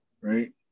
right